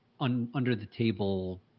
under-the-table